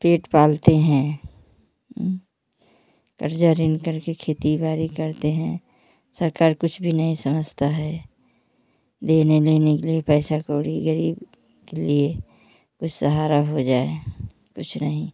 पेट पालते हैं कर्जा ऋण करके खेती बाड़ी करते हैं सरकार कुछ भी नहीं समझता है देने लेने के लिए पैसा कौड़ी गरीब के लिए कुछ सहारा हो जाए कुछ नहीं